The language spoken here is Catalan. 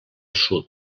sud